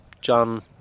john